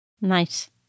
Nice